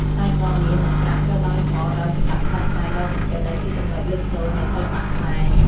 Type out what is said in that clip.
ខ្សែ ក មាស និងប្រាក់ ត្រូវបានលម្អដោយ ចម្លាក់ក្បាច់ខ្មែរដ៏វិចិត្រ ដែលជាចំណុចលេចធ្លោនៃសិល្បៈខ្មែរ។